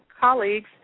colleagues